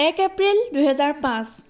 এক এপ্ৰিল দুহেজাৰ পাঁচ